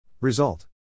Result